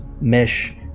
mesh